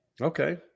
Okay